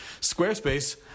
Squarespace